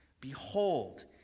Behold